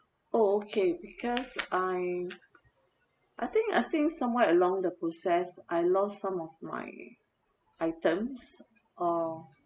oh okay because I I think I think somewhere along the process I lost some of my items uh